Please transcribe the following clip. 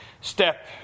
step